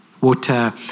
Water